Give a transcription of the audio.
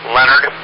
Leonard